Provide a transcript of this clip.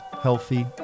healthy